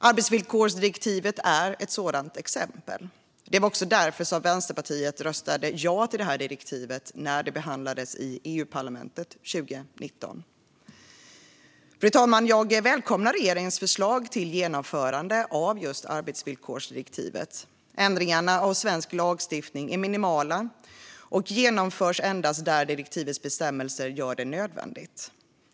Arbetsvillkorsdirektivet är ett sådant exempel. Det var också därför Vänsterpartiet röstade ja till detta direktiv när det behandlades i EU-parlamentet 2019. Fru talman! Jag välkomnar regeringens förslag om genomförande av arbetsvillkorsdirektivet. Ändringarna av svensk lagstiftning är minimala och genomförs endast där direktivets bestämmelser gör det nödvändigt.